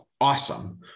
awesome